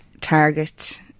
target